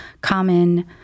common